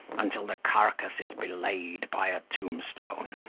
until the carcase is belayed by a tombstone.